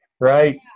Right